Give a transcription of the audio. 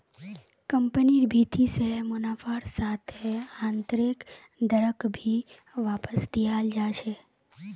कम्पनिर भीति से मुनाफार साथ आन्तरैक दरक भी वापस दियाल जा छे